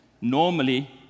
Normally